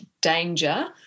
danger –